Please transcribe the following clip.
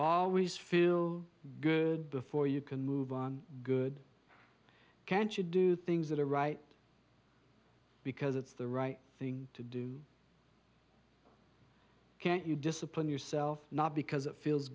always feel good before you can move on good can't you do things that are right because it's the right thing to do can't you discipline yourself not because it feels